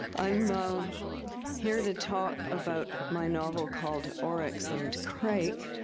i'm here to talk about my novel called oryx and crake.